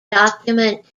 document